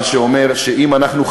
מה שאומר שאם אנחנו,